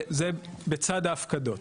זה בצד ההפקדות.